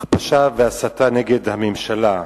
הכפשה והסתה נגד הממשלה.